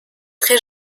très